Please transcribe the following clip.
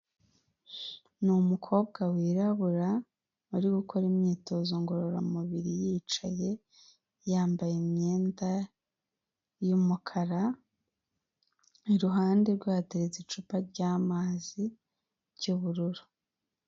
Ni umukobwa wirabura wari gukora imyitozo ngororamubiri yicaye yambaye imyenda y'umukara, iruhande rwe hateretse icupa ry'amazi ry'ubururu.